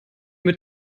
mit